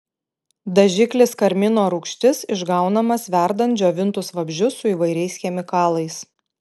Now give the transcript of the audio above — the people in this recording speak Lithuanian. dažiklis karmino rūgštis išgaunamas verdant džiovintus vabzdžius su įvairiais chemikalais